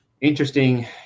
interesting